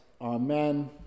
Amen